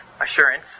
assurance